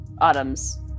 Autumn's